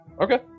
Okay